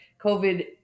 COVID